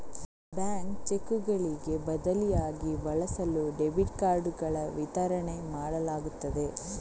bank ಚೆಕ್ಕುಗಳಿಗೆ ಬದಲಿಯಾಗಿ ಬಳಸಲು ಡೆಬಿಟ್ ಕಾರ್ಡುಗಳ ವಿತರಣೆ ಮಾಡಲಾಗುತ್ತದೆ